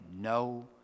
no